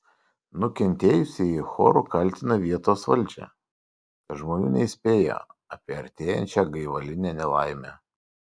nukentėjusieji choru kaltina vietos valdžią kad žmonių neįspėjo apie artėjančią gaivalinę nelaimę